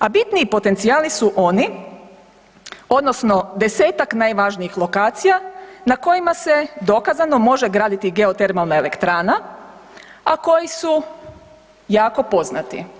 A bitni potencijali su oni, odnosno desetak najvažnijih lokacija na kojima se dokazano može graditi geotermalna elektrana, a koji su jako poznati.